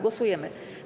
Głosujemy.